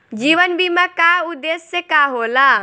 जीवन बीमा का उदेस्य का होला?